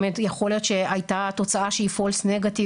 באמת יכול להיות שהייתה תוצאה שהיא false negative,